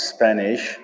Spanish